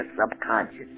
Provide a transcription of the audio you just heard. subconscious